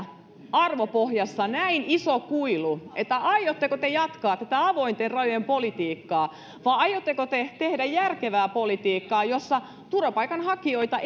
arvopohjassa näin iso kuilu aiotteko te jatkaa tätä avointen rajojen politiikkaa vai aiotteko te tehdä järkevää politiikkaa jossa turvapaikanhakijoita